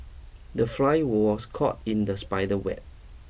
the fly was caught in the spider web